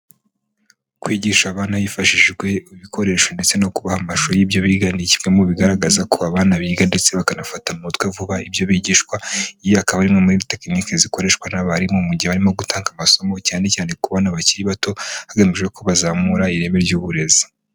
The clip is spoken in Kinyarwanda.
Kwigisha abana hifashijwe ibikoresho ndetse no kubaha amashusho y'ibyo biga ni kimwe mu bigaragaza ko abana biga ndetse bakanafata mu mutwe vuba ibyo bigishwa, Iyi akaba ari imwe muri tekinike zikoreshwa n'abarimu mu gihe barimo gutanga amasomo cyane cyane ku bana bakiri bato hagamijwe ko bazamura ireme ry'uburezi.